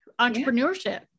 entrepreneurship